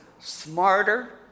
smarter